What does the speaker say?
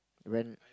when